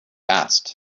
asked